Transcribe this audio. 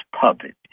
puppet